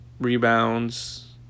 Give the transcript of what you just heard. rebounds